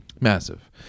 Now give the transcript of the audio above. Massive